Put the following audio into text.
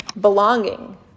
Belonging